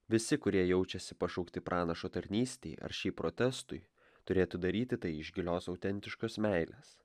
visi kurie jaučiasi pašaukti pranašo tarnystei ar šiaip protestui turėtų daryti tai iš gilios autentiškos meilės